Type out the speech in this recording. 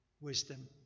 wisdom